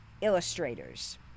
illustrators